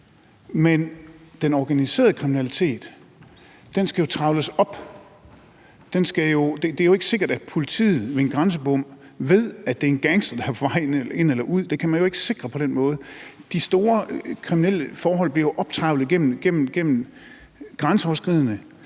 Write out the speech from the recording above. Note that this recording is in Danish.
Men den organiserede kriminalitet skal jo trevles op. Det er ikke sikkert, at politiet ved en grænsebom ved, at det er en gangster, der er på vej ind eller ud. Det kan man ikke sikre på den måde. De store kriminelle forhold bliver jo optrevlet gennem grænseoverskridende